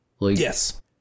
yes